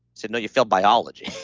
you know you failed biology.